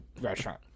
restaurant